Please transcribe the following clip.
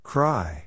Cry